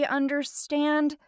understand